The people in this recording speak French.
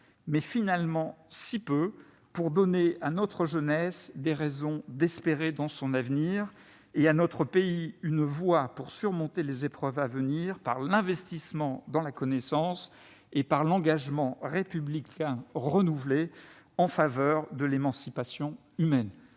mais finalement bien peu pour donner à notre jeunesse des raisons d'espérer dans son avenir et à notre pays une voie pour surmonter les épreuves à venir par l'investissement dans la connaissance et l'engagement républicain renouvelé en faveur de l'émancipation humaine.